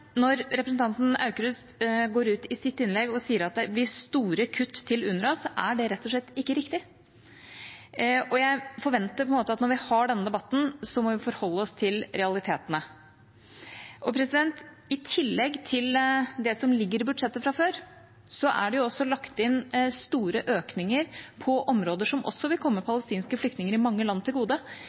sier at det blir store kutt til UNRWA, er det rett og slett ikke riktig. Jeg forventer at når vi har denne debatten, må vi forholde oss til realitetene. I tillegg til det som ligger i budsjettet fra før, er det også lagt inn store økninger på områder som også vil komme palestinske flyktninger i mange land til gode,